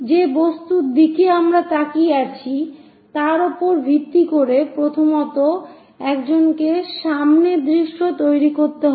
যে বস্তুর দিকে আমরা তাকিয়ে আছি তার উপর ভিত্তি করে প্রথমত একজনকে সামনের দৃশ্য তৈরি করতে হবে